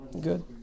good